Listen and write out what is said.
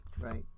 right